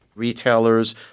Retailers